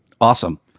Awesome